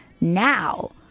now